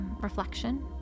reflection